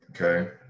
okay